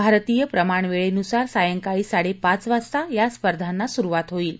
भारतीय प्रमाणवेळेनुसार सायंकाळी साडेपाचवाजता या स्पर्धांना सुरुवात होईल